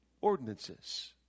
ordinances